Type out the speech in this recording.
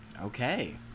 Okay